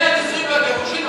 זה הנישואים והגירושים,